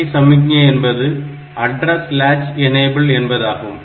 ALE சமிக்ஞை என்பது Address Latch Enable என்பதாகும்